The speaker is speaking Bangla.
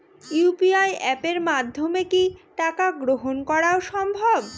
ইউ.পি.আই অ্যাপের মাধ্যমে কি টাকা গ্রহণ করাও সম্ভব?